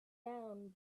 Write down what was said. down